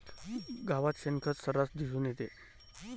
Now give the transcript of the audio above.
गावात शेणखत सर्रास दिसून येते